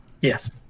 Yes